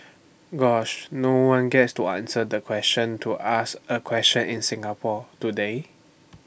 gosh no one gets to answer the question to ask A question in Singapore do they